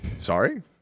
Sorry